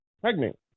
pregnant